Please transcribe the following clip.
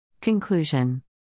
Conclusion